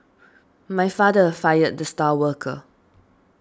my father fired the star worker